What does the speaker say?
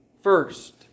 first